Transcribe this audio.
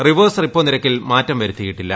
reverse repo നിരക്കിൽ മാറ്റം വരുത്തിയിട്ടില്ല